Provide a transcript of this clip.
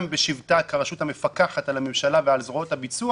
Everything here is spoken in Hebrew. בשבתה כרשות המפקחת על הממשלה ועל זרועות הביצוע